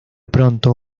pronto